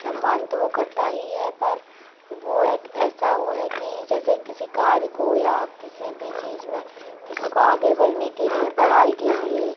सम्मान तो वह करता ही है पर वह एक ऐसा वह है कि जैसे किसी कार्य को या किसी भी चीज़ में किसी को आगे बढ़ने के लिए पढ़ाई के लिए